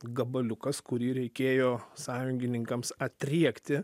gabaliukas kurį reikėjo sąjungininkams atriekti